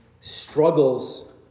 struggles